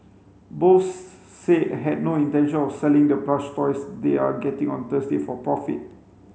both said had no intention of selling the plush toys they are getting on Thursday for profit